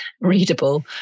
readable